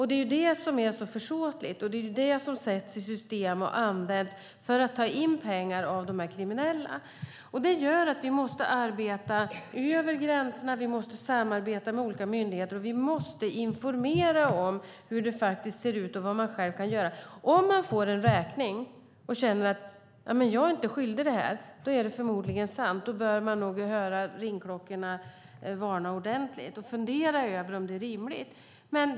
Det är det som är det försåtliga, och det sätts i system och används av kriminella för att ta in pengar. Därför måste vi arbeta över gränserna, samarbeta mellan olika myndigheter och informera om hur det ser ut och vad man själv kan göra. Om man får en räkning och känner att man inte är skyldig att betala är det förmodligen sant. Då bör man höra varningsklockorna ringa och fundera över om det är en rimlig räkning man fått.